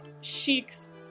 Sheik's